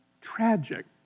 tragic